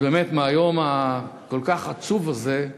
אז באמת, מהיום הכל-כך עצוב הזה,